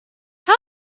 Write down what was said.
how